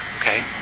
okay